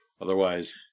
Otherwise